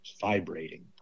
vibrating